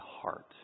heart